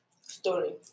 story